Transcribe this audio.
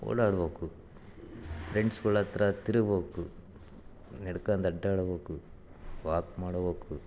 ಓಡಾಡ್ಬೇಕು ಫ್ರೆಂಡ್ಸ್ಗಳ ಹತ್ರ ತಿರುಗ್ಬೇಕು ನೆಡ್ಕಂದು ಅಡ್ಡಾಡ್ಬೇಕು ವಾಕ್ ಮಾಡ್ಬೇಕು